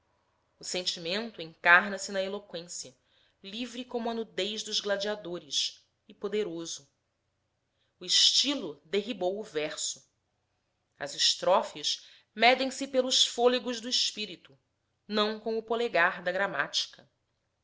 o sentimento encarna se na eloqüência livre como a nudez dos gladiadores e poderoso o estilo derribou o verso as estrofes medem se pelos fôlegos do espírito não com o polegar da gramática